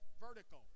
vertical